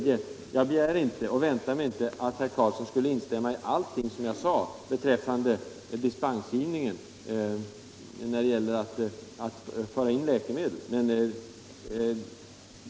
Jag begär inte och väntar mig inte att herr Karlsson skall instämma i allt vad jag sagt om dispensgivning för att få föra in läkemedel.